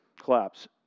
collapse